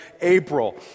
April